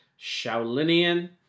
Shaolinian